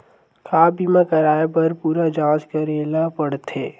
का बीमा कराए बर पूरा जांच करेला पड़थे?